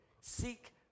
seek